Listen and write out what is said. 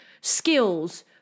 skills